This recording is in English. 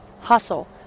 hustle